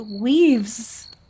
weaves